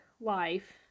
life